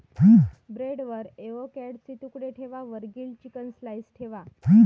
ब्रेडवर एवोकॅडोचे तुकडे ठेवा वर ग्रील्ड चिकन स्लाइस ठेवा